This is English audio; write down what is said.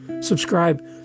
subscribe